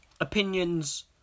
Opinions